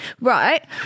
right